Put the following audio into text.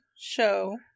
show